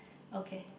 okay